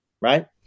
Right